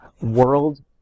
world